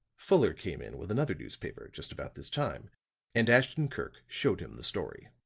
fuller came in with another newspaper just about this time and ashton-kirk showed him the story.